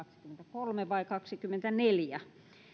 kaksikymmentäkolme vai kaksikymmentäneljä